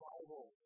Bible